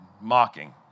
mocking